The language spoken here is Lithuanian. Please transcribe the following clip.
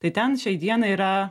tai ten šiai dienai yra